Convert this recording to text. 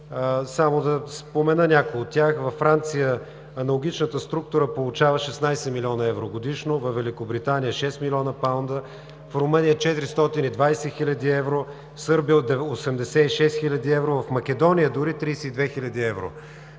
Само да спомена някои от тях. Във Франция аналогичната структура получава 16 млн. евро годишно, във Великобритания – 6 млн. паунда, в Румъния – 420 хил. евро, в Сърбия – 86 хил. евро, в Македония – 32 хил. евро.